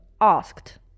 asked